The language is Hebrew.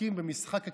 משחקים במשחק הכיסאות,